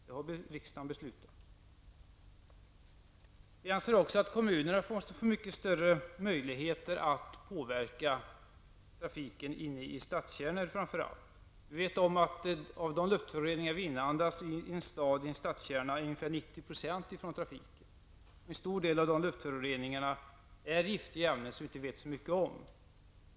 Det har riksdagen fattat beslut om. Kommunerna måste få mycket större möjligheter att påverka trafiken, framför allt inne i stadskärnor. Av de luftföroreningar vi inandas i en stadskärna kommer ungefär 90 % från trafiken. En stor del av dessa är giftiga ämnen som vi inte vet så mycket om.